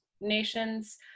nations